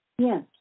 Yes